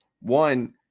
one